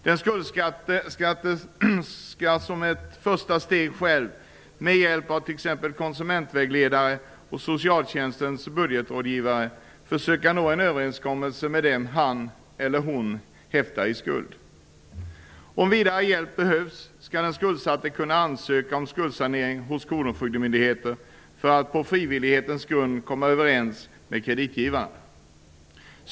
Den skuldsatte skall som ett första steg själv med hjälp av t.ex. konsumentvägledare och socialtjänstens budgetrådgivare försöka nå en överenskommelse med dem han eller hon häftar i skuld till. Om ytterligare hjälp behövs skall den skuldsatte kunna ansöka om skuldsanering hos kronofogdemyndigheten för att på frivillighetens grund komma överens med kreditgivarna.